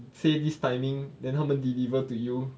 say this timing then 他们 deliver to you